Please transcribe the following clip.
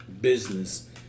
business